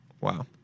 Wow